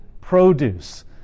produce